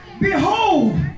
behold